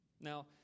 Now